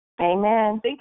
Amen